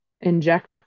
inject